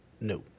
no